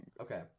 Okay